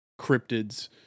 cryptids